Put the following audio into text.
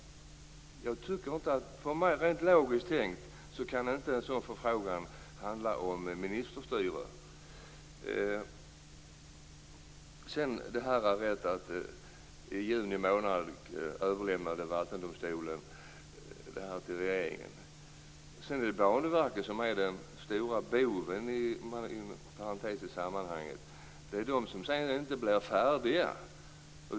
Jag tycker inte, rent logiskt, att en sådan förfrågan kan handla om ministerstyre. I juni månad överlämnade alltså Vattendomstolen det här till regeringen. Sedan är det Banverket som är den stora boven i sammanhanget. Det är där man sedan inte blir färdig.